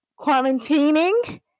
quarantining